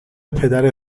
پدر